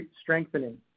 strengthening